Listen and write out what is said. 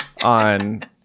on